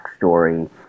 backstory